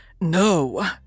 No